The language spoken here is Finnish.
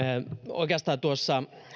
oikeastaan tuossa